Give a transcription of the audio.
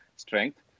Strength